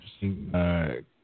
Interesting